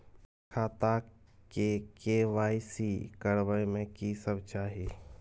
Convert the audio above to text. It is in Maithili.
खाता के के.वाई.सी करबै में की सब चाही?